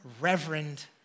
Reverend